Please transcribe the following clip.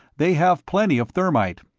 they have plenty of thermite.